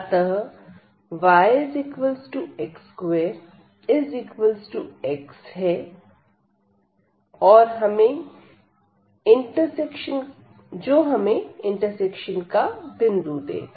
अतः yx2x है और यह हमें इंटरसेक्शन का बिंदु देगा